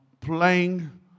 playing